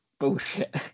Bullshit